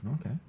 Okay